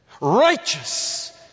Righteous